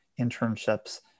internships